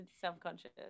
self-conscious